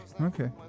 Okay